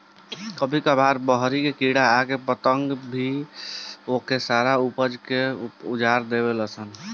कभी कभार बहरी के कीड़ा आ पतंगा भी आके सारा ऊपज उजार देवे लान सन